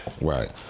Right